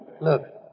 Look